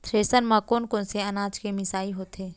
Thresher म कोन कोन से अनाज के मिसाई होथे?